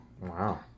Wow